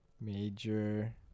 major